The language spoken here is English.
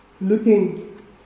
looking